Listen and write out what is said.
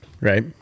right